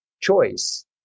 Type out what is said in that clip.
choice